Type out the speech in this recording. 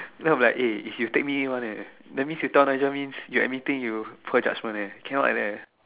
no I'm like eh is you take me one eh that means you tell Nigel means you admitting you poor judgement eh cannot like that eh